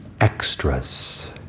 extras